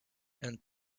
and